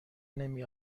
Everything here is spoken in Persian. نمی